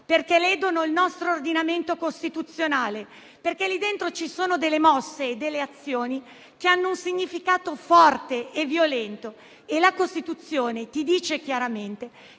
perché ledono il nostro ordinamento costituzionale, perché sono state compiute delle mosse e delle azioni che hanno un significato forte e violento e la Costituzione dice chiaramente